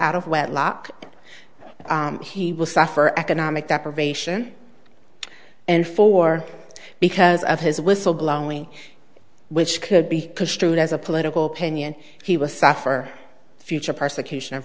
out of wedlock he will suffer economic deprivation and four because of his whistle blowing which could be construed as a political opinion he was sacked for future persecution of